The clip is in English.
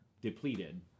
depleted